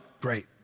great